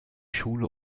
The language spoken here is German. schule